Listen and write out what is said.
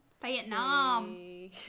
Vietnam